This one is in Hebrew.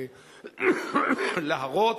להרות.